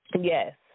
Yes